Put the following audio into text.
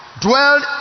dwelled